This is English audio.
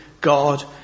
god